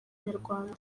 nyarwanda